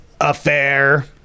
Affair